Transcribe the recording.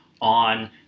on